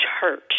church